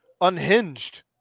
unhinged